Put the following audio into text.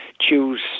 choose